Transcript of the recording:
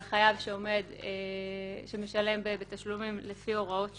חייב שמשלם בתשלומים לפי הוראות שונות.